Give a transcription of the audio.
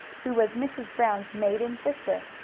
who was mrs. brown's maiden sister,